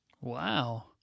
wow